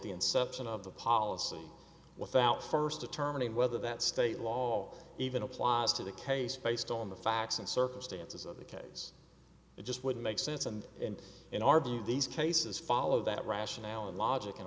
the inception of the policy without first determining whether that state law even applies to the case based on the facts and circumstances of the case it just wouldn't make sense and in our view these cases follow that rationale or logic and